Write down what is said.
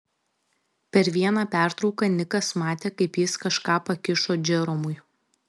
per vieną pertrauką nikas matė kaip jis kažką pakišo džeromui